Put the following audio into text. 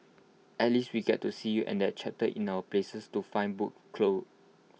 at least we get to see you and that chapter in our places to find book closed